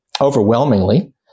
overwhelmingly